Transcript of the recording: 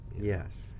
Yes